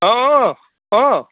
অঁ অঁ